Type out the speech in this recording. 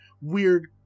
weird